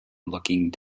looking